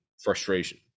frustration